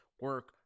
Work